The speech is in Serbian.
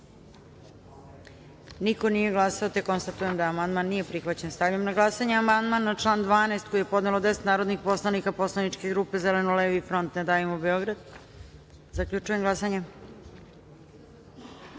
glasanje: za - niko. Konstatujem da amandman nije prihvaćen. Stavljam na glasanje amandman na član 12. koji je podnelo 10 narodnih poslanika poslaničke grupe Zeleno-levi front - Ne davimo Beograd. Zaključujem glasanje: